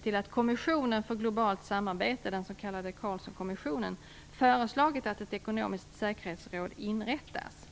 till att Kommissionen för globalt samarbete - den s.k. Carlssonkommissionen - föreslagit att ett ekonomiskt säkerhetsråd inrättas.